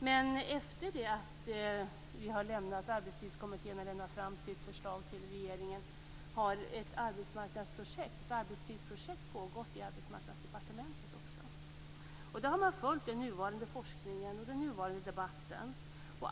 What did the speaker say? Men efter det att Arbetstidskommittén lämnat fram sitt förslag till regeringen har ett arbetstidsprojekt pågått i Arbetsmarknadsdepartementet. Där har man följt den nuvarande forskningen och aktuella debatten.